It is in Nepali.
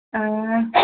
ए